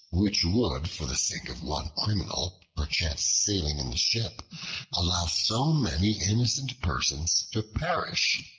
which would for the sake of one criminal perchance sailing in the ship allow so many innocent persons to perish.